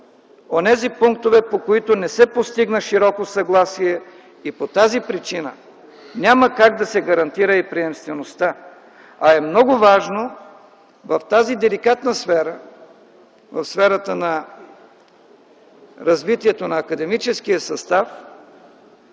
онези пунктове, по които не се постигна широко съгласие, и по тази причина няма как да се гарантира и приемствеността. А е много важно в тази деликатна сфера – в сферата на развитието на академичния състав,